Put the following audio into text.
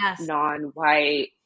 non-white